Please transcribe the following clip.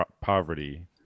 poverty